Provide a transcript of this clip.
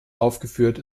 aufgeführt